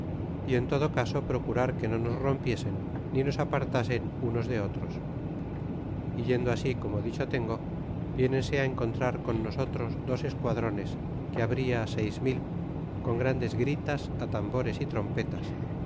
y en todo caso procurar que no nos rompiesen ni nos apartasen unos de otros yendo así como dicho tengo viénense encontrar con nosotros dos esquadrones que habria seis mil con grandes gritas atambores y trompetas